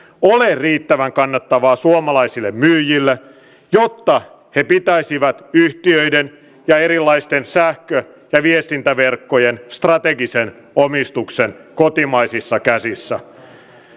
ole riittävän kannattavaa suomalaisille myyjille jotta he pitäisivät yhtiöiden ja erilaisten sähkö ja viestintäverkkojen strategisen omistuksen kotimaisissa käsissä